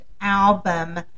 album